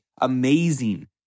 amazing